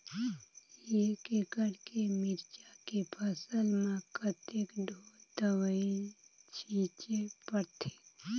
एक एकड़ के मिरचा के फसल म कतेक ढोल दवई छीचे पड़थे?